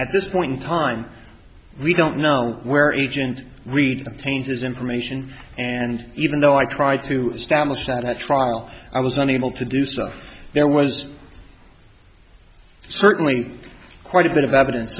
at this point in time we don't know where agent read them changes information and even though i tried to establish that at trial i was unable to do so there was certainly quite a bit of evidence